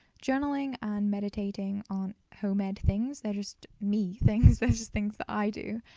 journaling and meditating aren't home-ed things. they're just me things they're just things that i do.